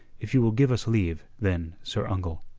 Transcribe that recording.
if you will give us leave, then, sir uncle.